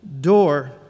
door